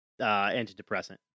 antidepressant